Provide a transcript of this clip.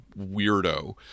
weirdo